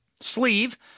sleeve